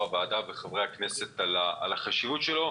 הוועדה ועל ידי חברי הכנסת על החשיבות שלו.